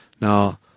Now